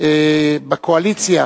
בקואליציה